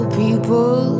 people